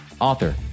author